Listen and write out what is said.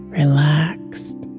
relaxed